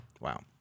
wow